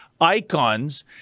icons